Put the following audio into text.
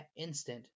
instant